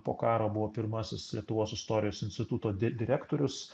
po karo buvo pirmasis lietuvos istorijos instituto direktorius